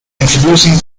introducing